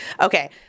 okay